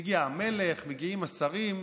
מגיע המלך, מגיעים השרים,